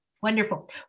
Wonderful